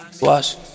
Watch